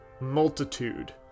multitude